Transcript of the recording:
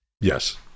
Yes